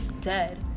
dead